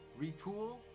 retool